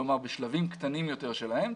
כלומר בשלבים קטנים יותר שלהם.